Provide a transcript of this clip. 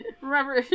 Remember